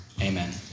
Amen